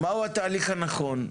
מהו התהליך הנכון,